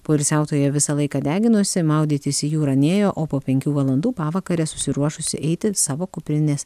poilsiautoja visą laiką deginosi maudytis į jūrą nėjo o po penkių valandų pavakarę susiruošusi eiti savo kuprinės